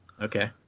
okay